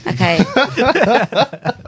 Okay